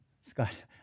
Scott